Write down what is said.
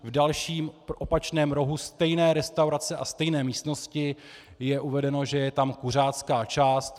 V dalším, opačném rohu stejné restaurace a stejné místnosti je uvedeno, že je tam kuřácká část.